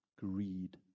greed